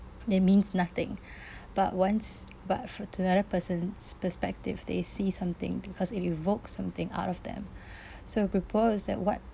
that means nothing but once but for to another person's perspective they see something because it evokes something out of them so proposed that what